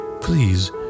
Please